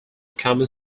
common